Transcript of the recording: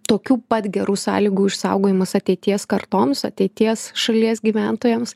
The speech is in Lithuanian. tokių pat gerų sąlygų išsaugojimas ateities kartoms ateities šalies gyventojams